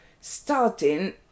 starting